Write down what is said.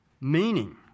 meaning